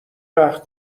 وقت